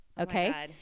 Okay